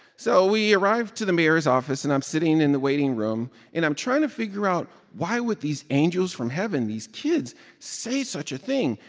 so we arrived to the mayor's office. and i'm sitting in the waiting room. and i'm trying to figure out why would these angels from heaven, these kids, say such a thing?